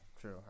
true